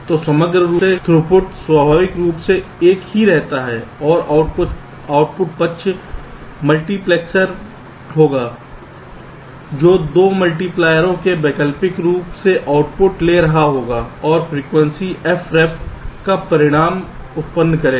तो समग्र रूप से थ्रूपुट स्वाभाविक रूप से एक ही रहता है और आउटपुट पक्ष मल्टीप्लैक्सर होगा जो 2 मल्टीप्लायरों से वैकल्पिक रूप से आउटपुट ले रहा होगा और फ्रीक्वेंसी f रेफ पर परिणाम उत्पन्न करेगा